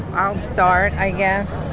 i'll start, i guess.